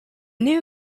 new